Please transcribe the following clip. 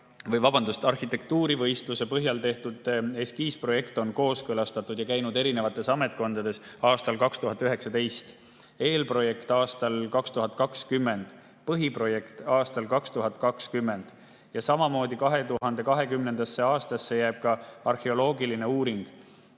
aastal, arhitektuurivõistluse põhjal tehtud eskiisprojekt kooskõlastati ja käis erinevates ametkondades aastal 2019, eelprojekt aastal 2020, põhiprojekt aastal 2020 ja samamoodi 2020. aastasse jääb ka arheoloogiline uuring.